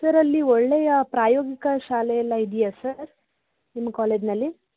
sir ಅಲ್ಲಿ ಒಳ್ಳೆಯ ಪ್ರಾಯೋಗಿಕ ಶಾಲೆಯೆಲ್ಲ ಇದೆಯ ಸರ್ ನಿಮ್ಮ ಕಾಲೇಜ್ನಲ್ಲಿ